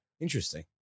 Interesting